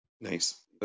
Nice